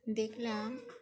দেখলাম